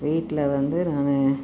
வீட்டில் வந்து நான்